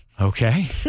Okay